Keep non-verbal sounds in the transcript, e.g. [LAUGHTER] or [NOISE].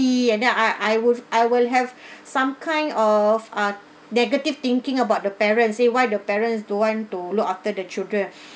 and then I I will I will have [BREATH] some kind of ah negative thinking about the parents say why the parents don't want to look after the children